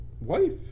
wife